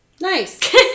nice